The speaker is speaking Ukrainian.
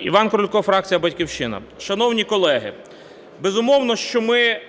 Іван Крулько, фракція "Батьківщина". Шановні колеги, безумовно, що ми